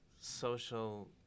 social